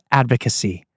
advocacy